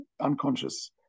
unconscious